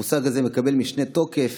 המושג הזה מקבל משנה תוקף